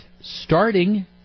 Starting